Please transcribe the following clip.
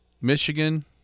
michigan